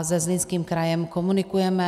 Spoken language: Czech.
Se Zlínským krajem komunikujeme.